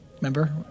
Remember